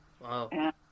Wow